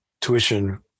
tuition